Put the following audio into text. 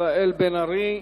מיכאל בן-ארי.